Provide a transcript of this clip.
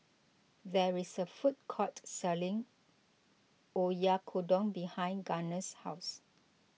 there is a food court selling Oyakodon behind Garner's house